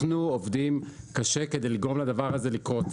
אנחנו עובדים קשה כדי לגרום לדבר הזה לקרות.